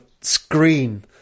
screen